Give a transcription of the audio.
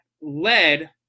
led –